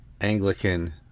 Anglican